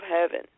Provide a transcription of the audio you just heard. heaven